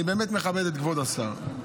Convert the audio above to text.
אני באמת מכבד את כבוד השר,